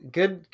good